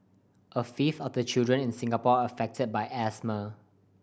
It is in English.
a fifth of the children in Singapore are affected by asthma